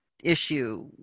issue